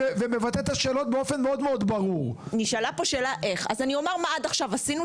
פה השאלה איך, אז אני אומר מה עד עכשיו עשינו.